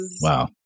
Wow